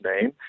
name